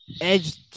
Edge